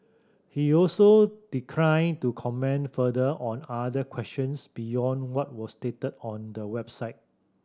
he also declined to comment further on other questions beyond what was stated on the website